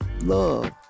love